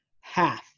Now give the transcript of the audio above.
half